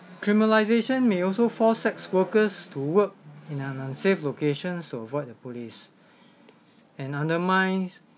criminalization may also force sex workers to work in an unsafe locations to avoid the police and undermines